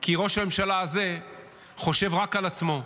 כי ראש הממשלה הזה חושב רק על עצמו.